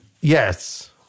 Yes